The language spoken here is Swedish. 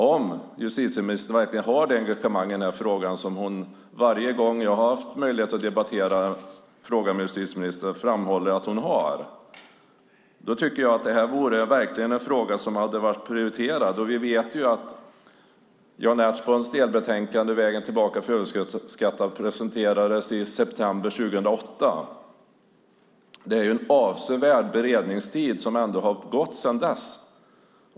Om justitieministern verkligen har det engagemang i den här frågan som hon varje gång jag har haft möjlighet att debattera den med henne framhåller att hon har tycker jag att det borde vara en prioriterad fråga. Vi vet att Jan Ertsborns delbetänkande Vägen tillbaka för överskuldsatta presenterades i september 2008. Det är en avsevärd beredningstid som har gått sedan dess.